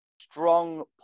strong